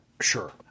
Sure